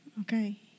Okay